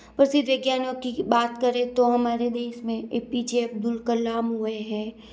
उसी वैज्ञानियों की बात करें तो हमारे देश में A P J Abdul Kalam हुए हैं